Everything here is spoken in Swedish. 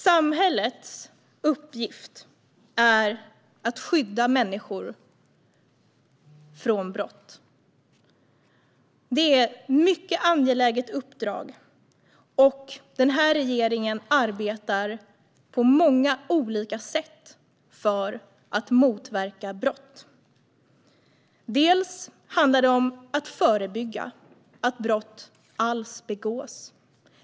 Samhällets uppgift är att skydda människor från brott. Det är ett mycket angeläget uppdrag, och den här regeringen arbetar på många olika sätt för att motverka brott. Det handlar bland annat om att förebygga att brott alls begås.